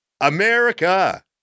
america